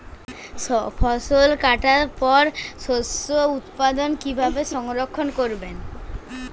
ফসল কাটার পর শস্য উৎপাদন কিভাবে সংরক্ষণ করবেন?